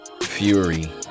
Fury